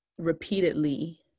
Repeatedly